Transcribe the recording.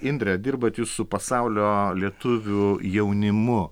indre dirbat jūs su pasaulio lietuvių jaunimu